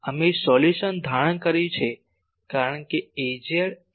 અમે સોલ્યુશન ધારણ કર્યું છે કારણ કે Az એ ફાઈ ભાગ્યા r છે